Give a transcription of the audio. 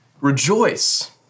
rejoice